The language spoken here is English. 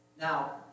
Now